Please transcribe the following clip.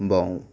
বাঁও